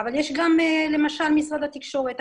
יש גם למשל את משרד התקשורת.